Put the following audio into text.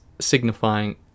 signifying